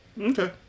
Okay